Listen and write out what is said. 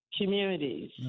communities